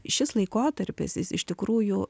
šis laikotarpis jis iš tikrųjų